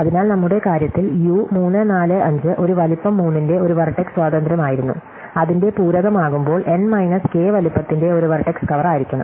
അതിനാൽ നമ്മുടെ കാര്യത്തിൽ യു 3 4 5 ഒരു വലുപ്പം 3 ന്റെ ഒരു വെർടെക്സ് സ്വാതന്ത്ര്യമായിരുന്നു അതിന്റെ പൂരകമാകുമ്പോൾ N മൈനസ് കെ വലുപ്പത്തിന്റെ ഒരു വെർടെക്സ് കവർ ആയിരിക്കണം